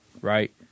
right